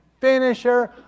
finisher